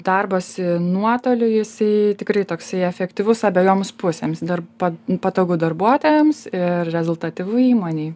darbas nuotoliu jisai tikrai toksai efektyvus abejoms pusėms dir pa patogu darbuotojams ir rezultatyvu įmonei